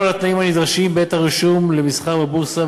הקלנו את התנאים הנדרשים בעת הרישום למסחר בבורסה,